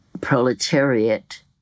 proletariat